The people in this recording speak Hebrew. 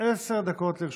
עשר דקות לרשותך.